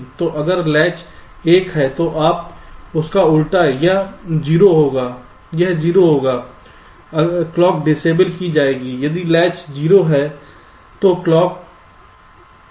तो अगर लैच 1 है तो यहाँ उलटा है यह 0 होगा क्लॉक डिसएबल की जाएगी यदि लैच 0 है तो क्लॉक इनेबल हो जाएगी